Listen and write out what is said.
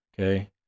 okay